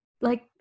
Like-